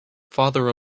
father